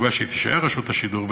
בתקווה שהיא תישאר רשות השידור,